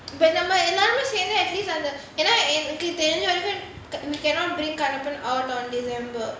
but நாம எல்லோருமே சேர்ந்து:naama ellorumae sernthu at least அந்த ஏனா:antha yaenaa we cannot bring kanapin out on december